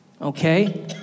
okay